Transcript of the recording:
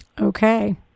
okay